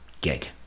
gig